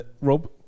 Rob